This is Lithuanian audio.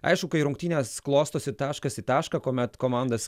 aišku kai rungtynės klostosi taškas į tašką kuomet komandas